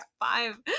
five